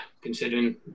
considering